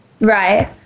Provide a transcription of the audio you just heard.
Right